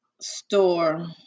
store